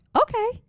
okay